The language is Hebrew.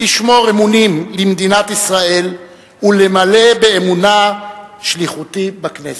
לשמור אמונים למדינת ישראל ולמלא באמונה שליחותי בכנסת.